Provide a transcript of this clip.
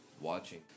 watching